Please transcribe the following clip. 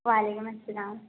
وعلیکم السلام